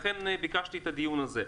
לכן ביקשתי את הדיון הזה.